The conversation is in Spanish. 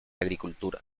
agricultura